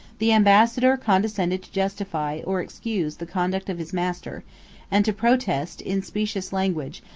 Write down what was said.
the ambassador condescended to justify, or excuse, the conduct of his master and to protest, in specious language,